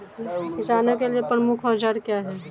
किसानों के लिए प्रमुख औजार क्या हैं?